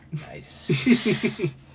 Nice